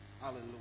Hallelujah